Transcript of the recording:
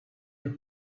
her